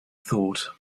thought